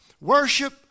worship